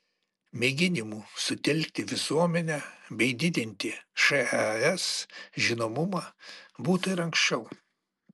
mėginimų sutelkti visuomenę bei didinti šas žinomumą būta ir anksčiau